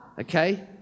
Okay